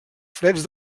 freds